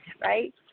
right